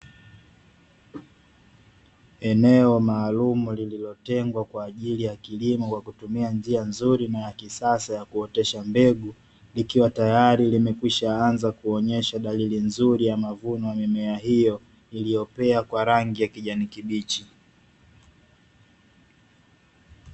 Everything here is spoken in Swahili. Eneo maalumu lililotengwa kwajili ya kilimo kwakutumia njia nzuri na ya kisasa kuotesha mbegu ikiwa tayari yameanza kuonesha nzuri ya mavuno ya mimea hio iliyo na rangi ya kijani kibichi.